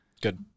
Good